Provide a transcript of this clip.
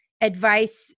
advice